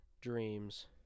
dreams